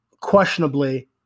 questionably